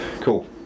Cool